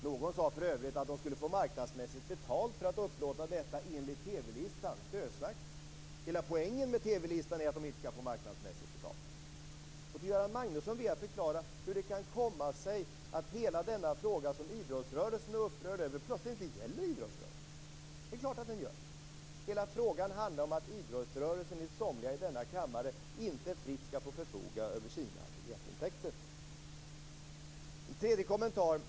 Någon sade för övrigt att de skulle få marknadsmässigt betalt för att upplåta detta enligt TV-listan. Det är dösnack. Hela poängen med TV-listan är att de inte skall marknadsmässigt betalt. Jag vill be Göran Magnusson att förklara hur det kan komma sig att hela denna fråga som idrottsrörelsen är upprörd över plötsligt inte gäller idrottsrörelsen. Det är klart att den gör det. Hela frågan handlar om att idrottsrörelsen enligt somliga i denna kammare inte fritt skall få förfoga över sina biljettintäkter. Jag har också en tredje kommentar.